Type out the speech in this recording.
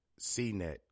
CNET